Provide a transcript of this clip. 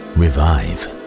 revive